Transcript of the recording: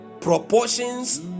proportions